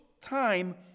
time